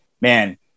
Man